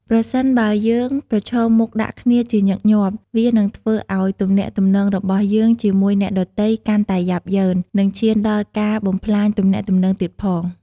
ប្រសិនបើយើងប្រឈមមុខដាក់គ្នាជាញឹកញាប់ វានឹងធ្វើឲ្យទំនាក់ទំនងរបស់យើងជាមួយអ្នកដទៃកាន់តែយ៉ាប់យ៉ឺន និងឈានដល់ការបំផ្លាញទំនាក់ទំនងទៀតផង ។